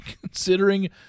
considering